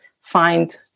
find